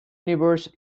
universe